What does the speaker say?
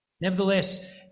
Nevertheless